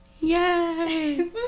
Yay